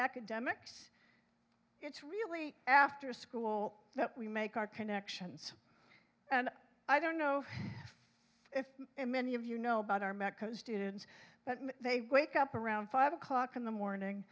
academics it's really after school that we make our connections and i don't know if many of you know about our medco students but they wake up around five o'clock in the morning